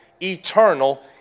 eternal